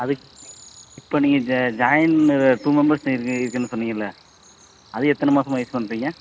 அது இப்போ நீங்கள் ஜ ஜாயின் டூ மெம்பெர்ஸ் இருக்குது இருக்குதுன்னு சொன்னீங்கள்லே அது எத்தனை மாதமா யூஸ் பண்ணுறீங்க